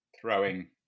throwing